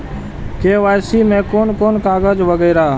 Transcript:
KYC में कोन कोन कागज वगैरा?